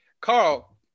Carl